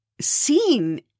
seen